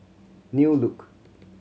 New Look